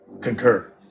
Concur